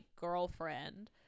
girlfriend